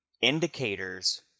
indicators